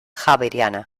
javeriana